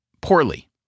poorly